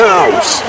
House